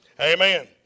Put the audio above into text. Amen